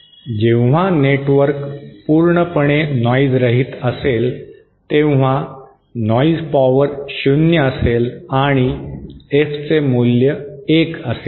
जेव्हा नेटवर्क पूर्ण पणे नॉइज रहित असेल तेव्हा नॉइज पॉवर शून्य असेल आणि F चे मूल्य एक असेल